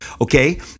Okay